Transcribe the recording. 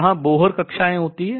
जहां बोहर कक्षाएं होती हैं